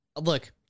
look